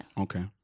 Okay